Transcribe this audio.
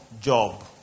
Job